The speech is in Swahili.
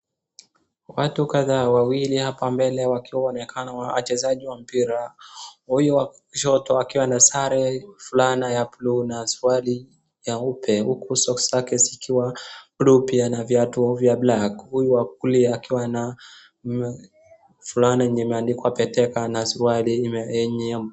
Watu kadhaa wawili hapa wakionekana kuwa ni wachezaji wa mpira. Huyo wa kushoto akiwa na sare fulana ya bluu na suruali nyeupe huku soksi zake zikiwa bluu pia na viatu vya black . Huyu wa kulia akiwa na fulana yenye imeandikwa Betika na suruali yenye ya.